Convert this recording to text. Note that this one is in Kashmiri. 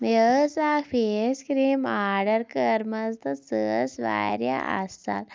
مےٚ ٲسۍ اَکھ فیس کرٛیٖم آرڈر کٔرمٕژ تہٕ سہٕ ٲس واریاہ اَصٕل